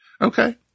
Okay